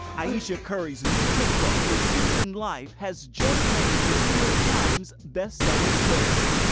ayesha curry's new cookbook, the seasoned life, has just made the new york times' best-seller's list.